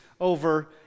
over